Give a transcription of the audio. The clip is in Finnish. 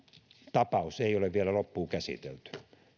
tapaus ei ole vielä loppuun käsitelty